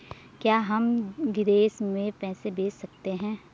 क्या हम विदेश में पैसे भेज सकते हैं?